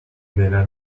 nella